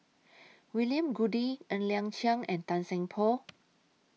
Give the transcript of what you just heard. William Goode Ng Liang Chiang and Tan Seng Poh